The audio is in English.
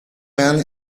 man